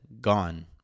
gone